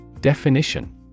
Definition